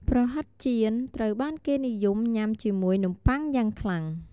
ប្រហិតចៀនត្រូវបានគេនិយមញ៉ាំជាមួយនំប៉ុងយ៉ាងខ្លាំង។